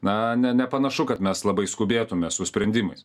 na ne nepanašu kad mes labai skubėtume su sprendimais